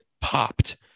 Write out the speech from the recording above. popped